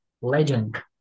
legend